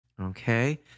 okay